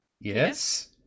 Yes